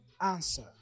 answer